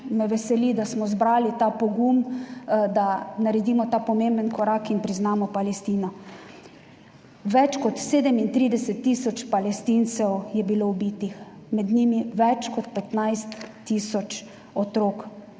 me veseli, da smo zbrali ta pogum, da naredimo ta pomemben korak in priznamo Palestino. Več kot 37 tisoč Palestincev je bilo ubitih, med njimi več kot 15 tisoč otrok.